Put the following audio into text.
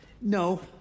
No